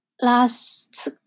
last